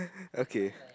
okay